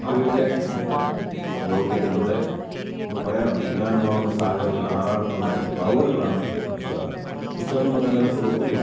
അറിവിൻ്റെ ലോകത്തേക്ക് നമ്മളെ നമ്മൾ പറയാറുണ്ട് വിജ്ഞാനമാവുന്ന സാഗരത്തിൽ ആറാടുന്ന നൗകകളാണ് പുസ്തകങ്ങൾ പുസ്തകങ്ങൾ നമുക്ക് നല്ല സുഹൃത്തുക്കളാണ്